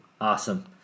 Awesome